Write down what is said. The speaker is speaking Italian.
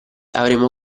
avremo